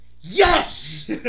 Yes